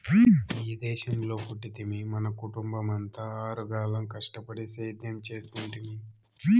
ఈ దేశంలో పుట్టితిమి మన కుటుంబమంతా ఆరుగాలం కష్టపడి సేద్యం చేస్తుంటిమి